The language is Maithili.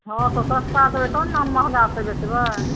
हँ तऽ सस्ता देबै तखन ने हम महङ्गा से बेचबै